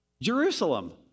Jerusalem